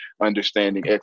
understanding